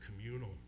communal